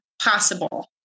possible